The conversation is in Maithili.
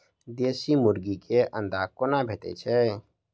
देसी मुर्गी केँ अंडा कोना भेटय छै?